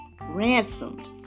ransomed